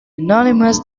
unanimous